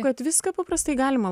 kad viską paprastai galima